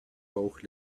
bauch